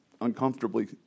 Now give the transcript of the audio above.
uncomfortably